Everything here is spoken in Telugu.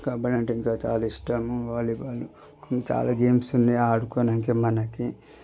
కబడ్డీ అంటే ఇంకా చాలా ఇష్టము వాలీబాల్ చాలా గేమ్స్ ఉన్నాయి ఆడుకోవడానికి మనకి